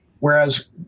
Whereas